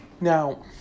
Now